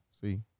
see